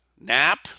Nap